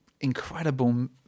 incredible